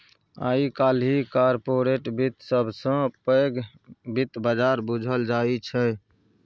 आइ काल्हि कारपोरेट बित्त सबसँ पैघ बित्त बजार बुझल जाइ छै